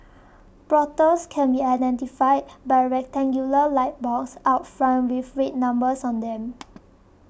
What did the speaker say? brothels can be identified by a rectangular light box out front with red numbers on them